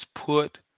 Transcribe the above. put